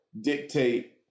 dictate